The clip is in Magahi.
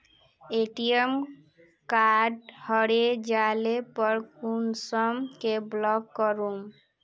ए.टी.एम कार्ड हरे जाले पर कुंसम के ब्लॉक करूम?